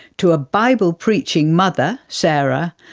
to a bible preaching mother, sarah,